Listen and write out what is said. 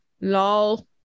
Lol